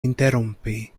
interrompi